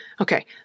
Okay